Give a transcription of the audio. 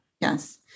Yes